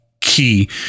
key